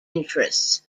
interests